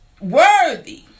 worthy